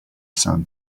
sun